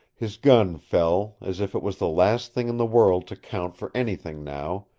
his gun fell, as if it was the last thing in the world to count for anything now,